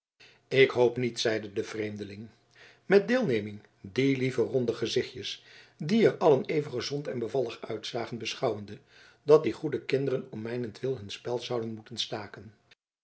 ik hoop niet zeide de vreemdeling met deelneming die lieve ronde gezichtjes die er allen even gezond en bevallig uitzagen beschouwende dat die goede kinderen om mijnentwil hun spel zouden moeten staken